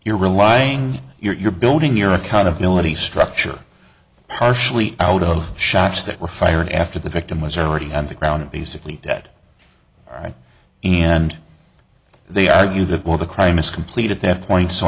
you're relying you're building your accountability structure partially out of shots that were fired after the victim was already on the ground peaceably dead right and they argue that while the crime is complete at that point so